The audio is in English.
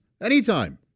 anytime